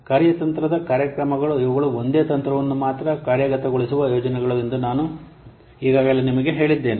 ಕಾರ್ಯತಂತ್ರದ ಕಾರ್ಯಕ್ರಮಗಳು ಇವುಗಳು ಒಂದೇ ತಂತ್ರವನ್ನು ಮಾತ್ರ ಕಾರ್ಯಗತಗೊಳಿಸುವ ಯೋಜನೆಗಳು ಎಂದು ನಾನು ಈಗಾಗಲೇ ನಿಮಗೆ ಹೇಳಿದ್ದೇನೆ